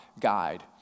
guide